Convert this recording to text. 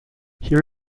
here